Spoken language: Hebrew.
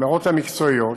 ההערות המקצועיות,